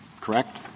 correct